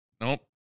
Nope